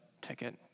ticket